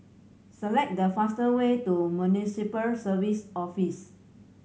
select the faster way to Municipal Services Office